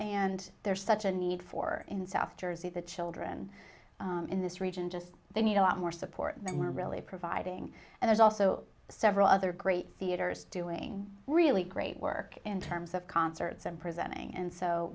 and there's such a need for in south jersey the children in this region just they need a lot more support than really providing and there's also several other great theaters doing really great work in terms of concerts and presenting and so